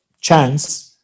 chance